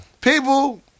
People